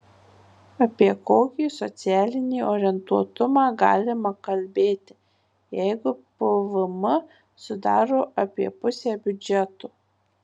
apie kokį socialinį orientuotumą galima kalbėti jeigu pvm sudaro apie pusę biudžeto